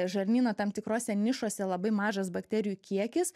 žarnyno tam tikrose nišose labai mažas bakterijų kiekis